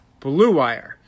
BLUEWIRE